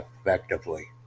effectively